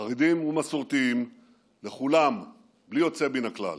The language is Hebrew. חרדים ומסורתיים, לכולם, בלי יוצא מן הכלל.